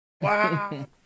Wow